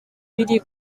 biri